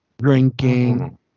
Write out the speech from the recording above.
drinking